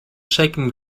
shaking